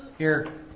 here.